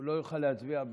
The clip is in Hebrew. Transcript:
הוא לא יוכל להצביע בעד.